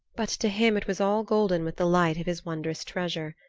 but to him it was all golden with the light of his wondrous treasure.